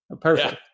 Perfect